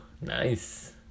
nice